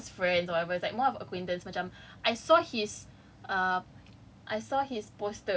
not not like as close friends whatever it's more of acquaintance macam I saw his uh